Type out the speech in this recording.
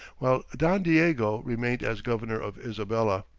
while don diego remained as governor of isabella.